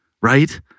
right